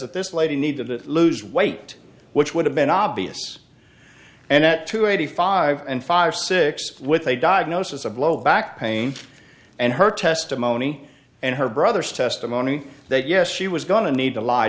that this lady need to lose weight which would have been obvious and that to eighty five and five six with a diagnosis of low back pain and her testimony and her brother's testimony that yes she was going to need to lie